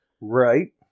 Right